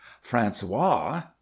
francois